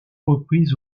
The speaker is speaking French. reprises